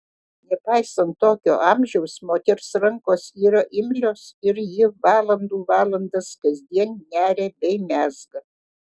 nepaisant tokio amžiaus moters rankos yra imlios ir ji valandų valandas kasdien neria bei mezga